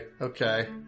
okay